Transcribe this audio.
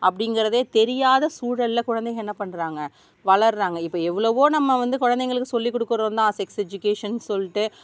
அப்படிங்குறதே தெரியாத சூழலில் குழந்தைங்க என்ன பண்ணுறாங்க வளர்கிறாங்க இப்போ எவ்வளோவோ நம்ம வந்து குழந்தைகளுக்குச் சொல்லிக் கொடுக்குறோம் தான் செக்ஸ் எஜுகேஷன் சொல்லிட்டு